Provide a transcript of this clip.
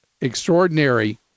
extraordinary